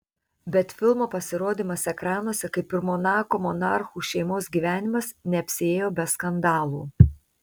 bet filmo pasirodymas ekranuose kaip ir monako monarchų šeimos gyvenimas neapsiėjo be skandalų